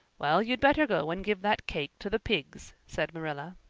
well, you'd better go and give that cake to the pigs, said marilla.